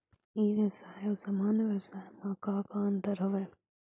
ई व्यवसाय आऊ सामान्य व्यवसाय म का का अंतर हवय?